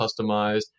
customized